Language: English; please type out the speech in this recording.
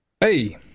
Hey